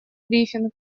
брифинг